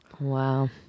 Wow